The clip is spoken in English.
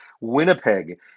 Winnipeg